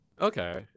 Okay